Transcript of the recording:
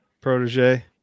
protege